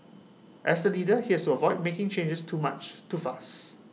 as the leader he has to avoid making changes too much too fast